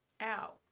out